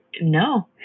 no